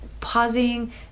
pausing